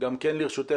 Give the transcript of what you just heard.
גם כן לרשותך,